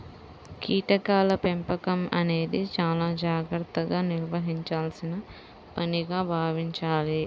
కీటకాల పెంపకం అనేది చాలా జాగర్తగా నిర్వహించాల్సిన పనిగా భావించాలి